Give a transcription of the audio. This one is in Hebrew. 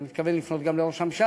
אני מתכוון לפנות גם לראש הממשלה,